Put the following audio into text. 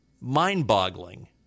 mind-boggling